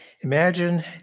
Imagine